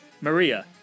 Maria